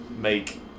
make